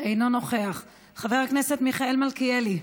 אינו נוכח, חבר הכנסת מיכאל מלכיאלי,